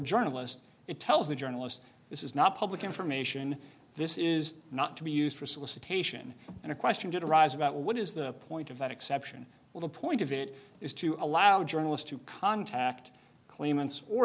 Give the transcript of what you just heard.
journalists it tells the journalist this is not public information this is not to be used for solicitation and a question did arise about what is the point of that exception to the point of it is to allow journalists to contact claimants or